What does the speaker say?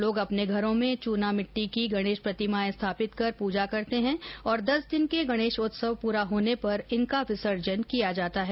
लोग अपने घरों में चूना मिट्टी की गणेश प्रतिमाएं स्थापित कर पूजा करते हैं और दस दिन के गणेशोत्सव पूरा होने पर इनका विसर्जन किया जाता है